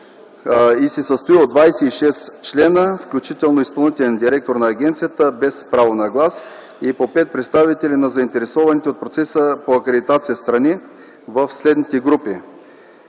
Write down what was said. и се състои от 26 члена, включително изпълнителен директор на агенцията без право на глас и по 5 представители на заинтересованите от процеса по акредитация страни в следните групи: